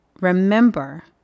remember